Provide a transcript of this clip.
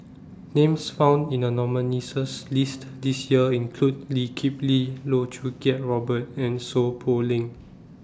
Names found in The nominees' list This Year include Lee Kip Lee Loh Choo Kiat Robert and Seow Poh Leng